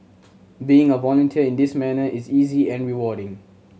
being a volunteer in this manner is easy and rewarding